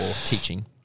teaching